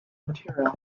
material